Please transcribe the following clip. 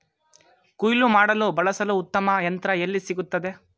ಕುಯ್ಲು ಮಾಡಲು ಬಳಸಲು ಉತ್ತಮ ಯಂತ್ರ ಎಲ್ಲಿ ಸಿಗುತ್ತದೆ?